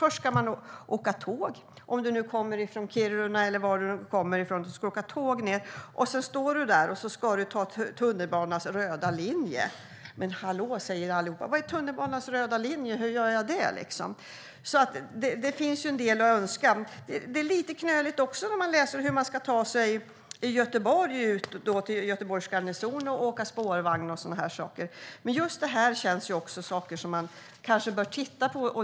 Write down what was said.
Först ska man åka tåg från Kiruna eller var man kommer från, och sedan står man där och ska ta tunnelbanans röda linje. Men hallå, säger allihop, vad är tunnelbanans röda linje och hur gör jag det här? Det finns alltså en del att önska här. Beskrivningen av hur man ska ta sig ut till Göteborgs garnison med spårvagn är också lite knölig. Just det här känns som sådana saker som man kanske bör titta på.